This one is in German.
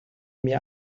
mir